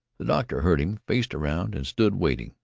the doctor heard him, faced around, and stood waiting,